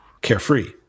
Carefree